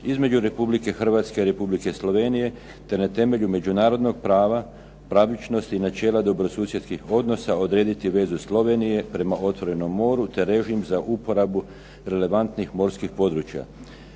između Republike Hrvatske i Republike Slovenije, te na temelju međunarodnog prava, pravičnosti i načela dobrosusjedskih odnosa odrediti vezu Slovenije prema otvorenom moru, te režim za uporabu relevantnih morskih područja.